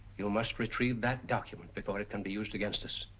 you must retrieve that document before it can be used against us.